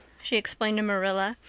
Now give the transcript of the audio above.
she explained to marilla,